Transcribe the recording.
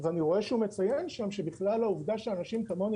ואני רואה שהוא מציין שם שבכלל העובדה שאנשים כמוני